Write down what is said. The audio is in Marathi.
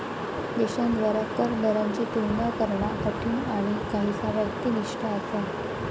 देशांद्वारा कर दरांची तुलना करणा कठीण आणि काहीसा व्यक्तिनिष्ठ असा